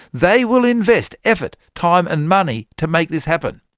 they will invest effort, time and money to make this happen.